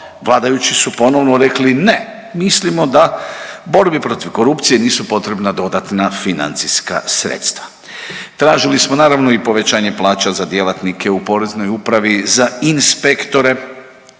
vladajući su ponovno rekli ne, mislimo da borbi protiv korupcije nisu potrebna dodatna financijska sredstva. Tražili smo naravno i povećanje plaća za djelatnike u poreznoj upravi za inspektore.